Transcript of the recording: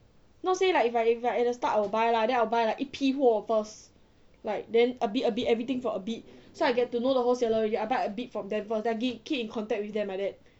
not say like if I if I like at the start I will buy lah then I will buy like 一批货 first like then a bit a bit everything for a bit so I get to know the wholesaler already I buy a bit from them first then give keep in contact with them like that